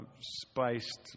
spiced